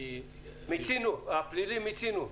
הפלילי מיצינו.